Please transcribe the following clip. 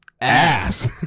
ass